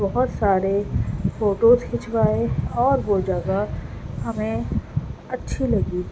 بہت سارے فوٹوز کھنچوائے اور وہ جگہ ہمیں اچھی لگی